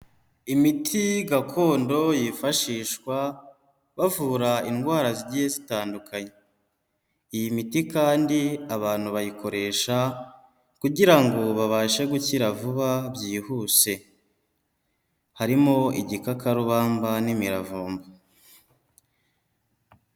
Imiti gakondo yifashishwa bavura indwara zigiye zitandukanye, iyi miti kandi abantu bayikoresha kugira ngo babashe gukira vuba byihuse, harimo igikakarubamba n'imiravumba.